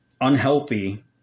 unhealthy